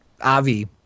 Avi